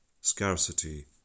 scarcity